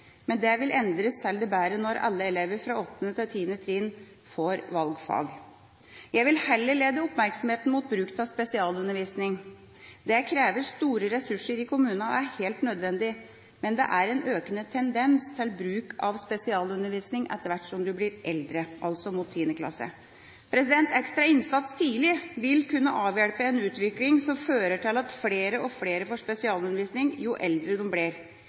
Men det vil endres til det bedre når alle elever fra 8. til 10. trinn får valgfag. Jeg vil heller lede oppmerksomheten mot bruk av spesialundervisning. Det krever store ressurser i kommunene, og er helt nødvendig, men det er en økende tendens til bruk av spesialundervisning etter hvert som man blir eldre, altså mot 10. klasse. Ekstra innsats tidlig vil kunne avhjelpe en utvikling som fører til at flere og flere får spesialundervisning jo eldre de blir.